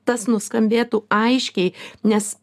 tas nuskambėtų aiškiai nes